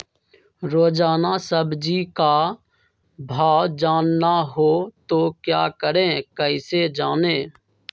रोजाना सब्जी का भाव जानना हो तो क्या करें कैसे जाने?